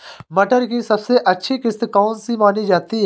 मटर की सबसे अच्छी किश्त कौन सी मानी जाती है?